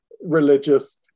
religious